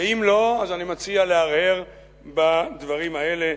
ואם לא, אז אני מציע להרהר בדברים האלה.